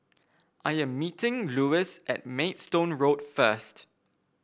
I am meeting Luis at Maidstone Road first